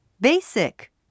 Basic